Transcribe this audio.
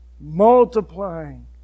multiplying